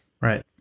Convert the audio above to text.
Right